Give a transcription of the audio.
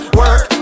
work